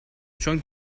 چون